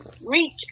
reach